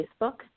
Facebook